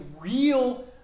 real